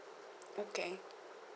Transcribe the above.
okay